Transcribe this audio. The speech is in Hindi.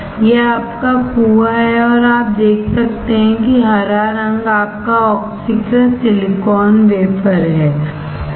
यह आपका कुआँ है और आप देख सकते हैं कि हरा रंग आपका ऑक्सीकृत सिलिकॉन वेफरहै